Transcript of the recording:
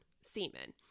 semen